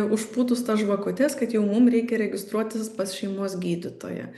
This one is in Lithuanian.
užpūtus tas žvakutes kad jau mum reikia registruotis pas šeimos gydytoją